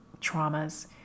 traumas